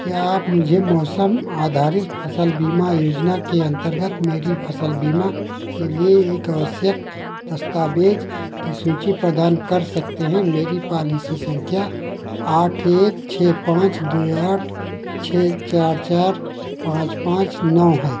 क्या आप मुझे मौसम आधारित फसल बीमा योजना के अंतर्गत मेरी फसल बीमा के लिए आवश्यक दस्तावेज की सूची प्रदान कर सकते हैं मेरी पॉलिसी संख्या आठ एक छः पाँच दो आठ छः चार चार पाँच पाँच नौ है